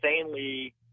insanely